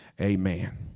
amen